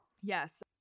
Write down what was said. Yes